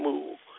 Move